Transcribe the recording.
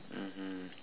mmhmm